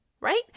right